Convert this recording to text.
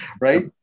right